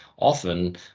often